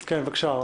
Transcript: ודחיפות.